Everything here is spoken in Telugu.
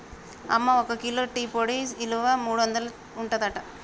అమ్మ ఒక కిలో టీ పొడి ఇలువ మూడొందలు ఉంటదట